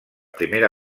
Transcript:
primera